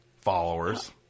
followers